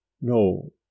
No